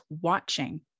watching